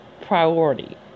priority